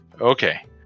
Okay